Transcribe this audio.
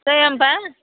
जाया होम्बा